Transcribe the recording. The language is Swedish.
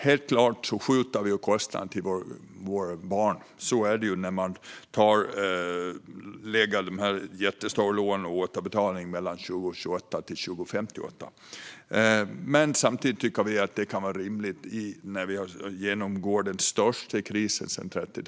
Helt klart skjuter vi kostnaden på våra barn. Så är det när man lägger de här jättestora lånen med återbetalning mellan 2028 och 2058. Men samtidigt tycker vi att det kan vara rimligt när vi nu genomgår den största krisen sedan 30talet.